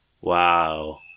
Wow